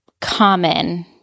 common